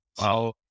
Wow